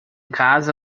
casa